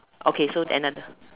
okay so another